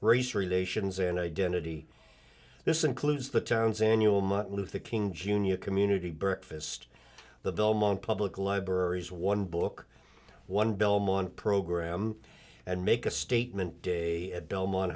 race relations and identity this includes the town's annual martin luther king jr community breakfast the belmont public libraries one book one belmont program and make a statement day at belmont